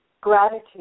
Gratitude